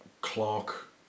Clark